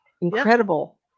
Incredible